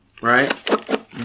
right